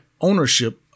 ownership